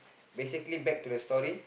basically back to the story